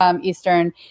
Eastern